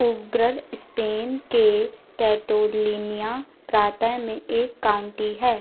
Urgell Spain के Catalonia प्रांत में एक काउंटी है